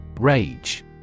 Rage